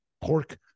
pork